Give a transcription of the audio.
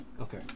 Okay